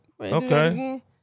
Okay